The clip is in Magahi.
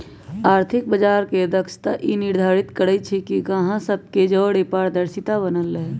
आर्थिक बजार के दक्षता ई निर्धारित करइ छइ कि गाहक सभ के जओरे पारदर्शिता बनल रहे